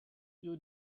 you